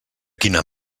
quina